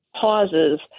pauses